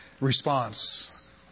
response